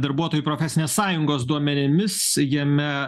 darbuotojų profesinės sąjungos duomenimis jame